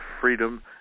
freedom